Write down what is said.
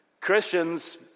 Christians